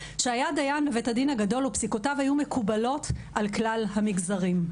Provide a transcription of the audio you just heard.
שהיה דיין בבית הדין הגדול ופסיקותיו היו מקובלות על כלל המגזרים.